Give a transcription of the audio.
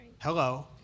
Hello